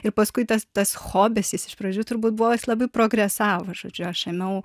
ir paskui tas tas hobis jis iš pradžių turbūt buvęs labai progresavo žodžiu aš ėmiau